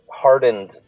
Hardened